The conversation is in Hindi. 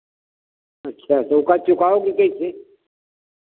अच्छा तो ओ का चुकाओगी कैसे